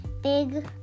big